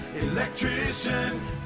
electrician